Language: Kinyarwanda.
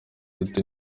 tuti